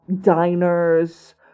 diners